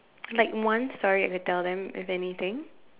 like one story I would tell them as anything